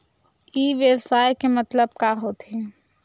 ई व्यवसाय के मतलब का होथे?